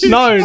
no